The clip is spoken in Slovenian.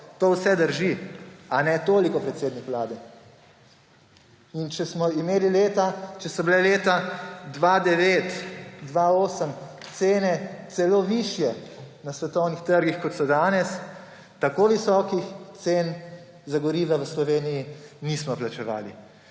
To vse drži. A ne toliko, predsednik Vlade. In če so bile leta 2009, 2008 cene celo višje na svetovnih trgih, kot so danes, tako visokih cen za goriva v Sloveniji nismo plačevali.